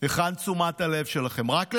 היכן תשומת הלב שלכם, רק לעצמכם,